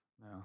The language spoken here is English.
No